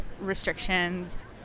restrictions